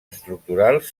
estructurals